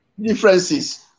differences